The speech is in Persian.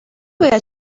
باید